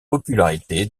popularité